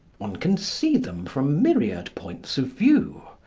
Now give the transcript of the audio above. one can see them from myriad points of view.